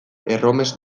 erromes